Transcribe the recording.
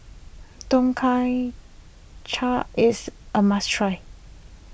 Tom Kha chia is a must try